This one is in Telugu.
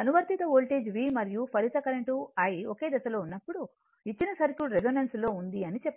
అనువర్తిత వోల్టేజ్ V మరియు ఫలిత కరెంట్ I ఒకే దశలో ఉన్నప్పుడు ఇచ్చిన సర్క్యూట్ రెసోనెన్స్ లో ఉంది అని చెప్తాము